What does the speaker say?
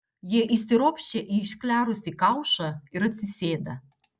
jie įsiropščia į išklerusį kaušą ir atsisėda